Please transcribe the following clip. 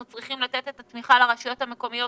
צריכים לתת את התמיכה לרשויות המקומיות